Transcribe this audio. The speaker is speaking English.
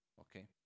Okay